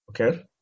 Okay